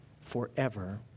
forever